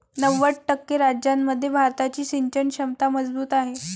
नव्वद टक्के राज्यांमध्ये भारताची सिंचन क्षमता मजबूत आहे